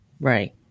Right